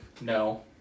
No